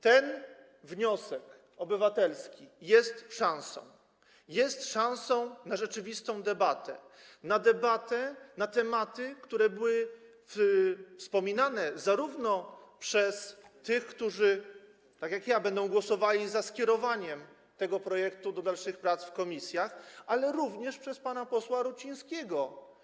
Ten wniosek obywatelski jest szansą na rzeczywistą debatę, na debatę na tematy, które były wspominane zarówno przez tych, którzy tak jak ja będą głosowali za skierowaniem tego projektu do dalszych prac w komisjach, jak i przez pana posła Rucińskiego.